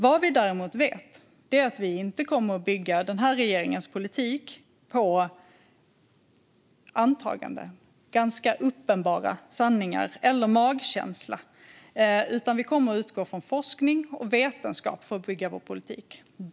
Vad vi däremot vet är att vi inte kommer att bygga den här regeringens politik på antaganden, ganska uppenbara sanningar eller magkänsla, utan vi kommer att utgå från forskning och vetenskap för att bygga vår politik.